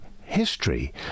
history